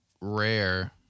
rare